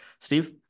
Steve